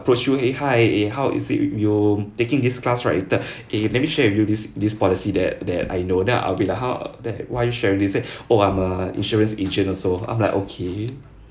approach you eh hi eh how is it with you you're taking this class right later eh let me share with you this this policy that that I know then I will be like how the why are you sharing this oh I'm a insurance agent also I'm like okay